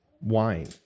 wine